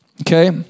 Okay